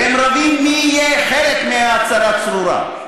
והם רבים מי יהיה חלק מהצרה צרורה.